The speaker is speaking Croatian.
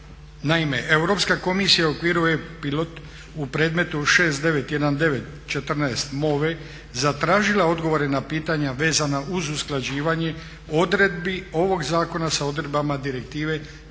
Naime, Europska komisija u okviru E-pilot u predmetu 6919 14 … zatražila odgovore na pitanja vezana uz usklađivanje odredbi ovog zakona sa odredbama Direktive